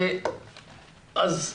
אלי בין,